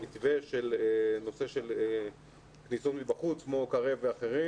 המתווה של כניסות מבחוץ כמו קרב ואחרים.